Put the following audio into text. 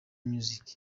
music